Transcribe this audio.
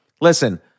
listen